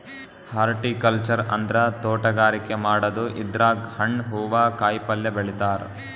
horticulture ಅಂದ್ರ ತೋಟಗಾರಿಕೆ ಮಾಡದು ಇದ್ರಾಗ್ ಹಣ್ಣ್ ಹೂವಾ ಕಾಯಿಪಲ್ಯ ಬೆಳಿತಾರ್